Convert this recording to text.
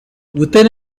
within